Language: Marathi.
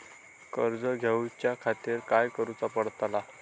कर्ज घेऊच्या खातीर काय करुचा पडतला?